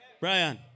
Brian